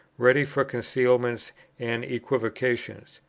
ready for concealments and equivocations?